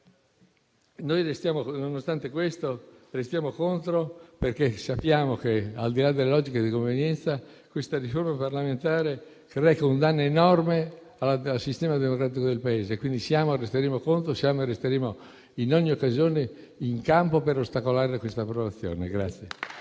Nonostante questo, noi restiamo contrari, perché sappiamo che, al di là delle logiche di convenienza, questa riforma parlamentare reca un danno enorme al sistema democratico del Paese. Siamo quindi contrari e resteremo in ogni occasione in campo per ostacolare questa approvazione.